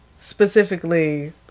Specifically